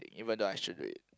even though I should do it